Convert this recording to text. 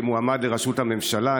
כמועמד לראשות הממשלה,